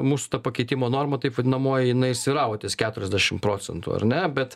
mūsų ta pakeitimo norma taip vadinamoji svyravo ties keturiasdešimt procentų ar ne bet